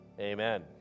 amen